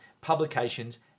publications